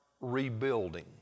rebuilding